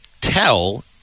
tell